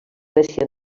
grècia